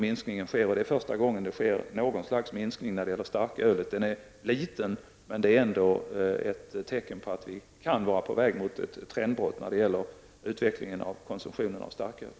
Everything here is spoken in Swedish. Det är första gången som det sker något slags minskning när det gäller starköl. Minskningen är liten, men den är ändå ett tecken på att vi kan vara på väg mot ett trendbrott i fråga om utvecklingen av konsumtionen av starköl.